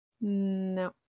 no